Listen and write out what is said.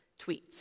tweets